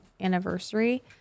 anniversary